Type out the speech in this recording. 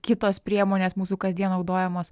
kitos priemonės mūsų kasdien naudojamos